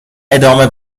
ادامه